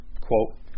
quote